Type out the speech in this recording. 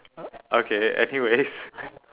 okay anyways